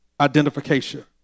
Identification